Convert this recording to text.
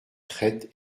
traite